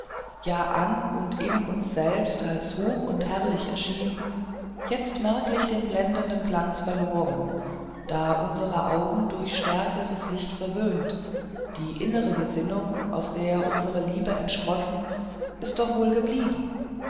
ja an und in uns selbst als hoch und herrlich erschien jetzt merklich den blendenden glanz verloren da unsere augen durch stärkeres licht verwöhnt die innere gesinnung aus der unsere liebe entsproßte ist doch wohl geblieben